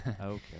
okay